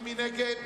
מי נגד?